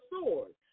sword